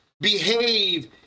behave